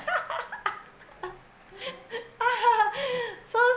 so